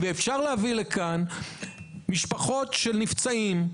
אפשר להביא לכאן משפחות של פצועים,